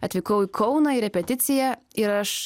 atvykau į kauną į repeticiją ir aš